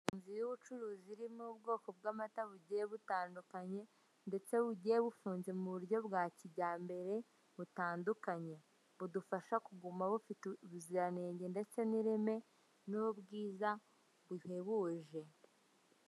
Inzu y'ubucuruzi irimo ubwoko bw'amata bugiye bitandukanye, ndetse bugiye bufunze mu buryo bwa kijyambere butandukanye; budufasha kuguma bufite ubuziranenge ndetse n'ireme, n'ubwiza buhebuje.